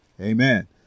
Amen